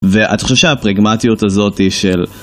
ואתה חושב שהפרגמטיות הזאתי של...